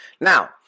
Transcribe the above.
Now